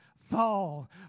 Fall